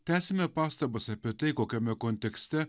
tęsiame pastabas apie tai kokiame kontekste